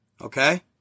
Okay